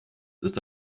ist